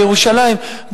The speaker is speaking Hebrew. בירושלים,